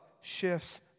shifts